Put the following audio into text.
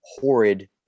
horrid